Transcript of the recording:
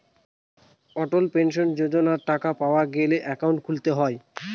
অটল pension যোজনার টাকা পাওয়া গেলে একাউন্ট খুলতে হয়